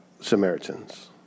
Samaritans